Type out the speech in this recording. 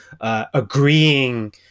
agreeing